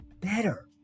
better